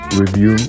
review